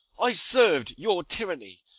i serv'd your tyranny,